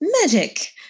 magic